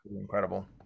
incredible